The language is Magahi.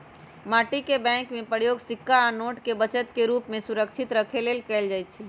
माटी के बैंक के प्रयोग सिक्का आ नोट के बचत के रूप में सुरक्षित रखे लेल कएल जाइ छइ